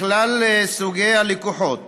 לכלל סוגי הלקוחות